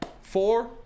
Four